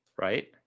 right